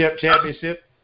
championship